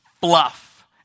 fluff